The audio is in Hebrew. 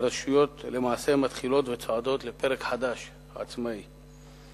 והרשויות צועדות לפרק חדש, עצמאי.